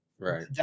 Right